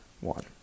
one